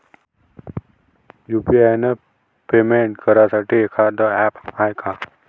UPI payment करासाठी एखांद app हाय का?